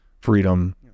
freedom